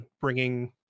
bringing